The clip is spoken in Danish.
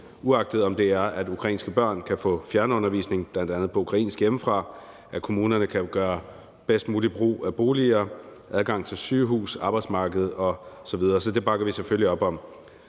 uanset om det er, at ukrainske børn kan få fjernundervisning, bl.a. på ukrainsk hjemmefra, at kommunerne kan gøre bedst mulig brug af boliger, adgang til sygehus, arbejdsmarkedet osv. Det bakker vi selvfølgelig op om.